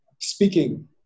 speaking